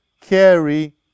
carry